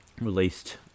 Released